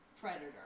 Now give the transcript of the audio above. predator